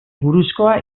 buruzkoa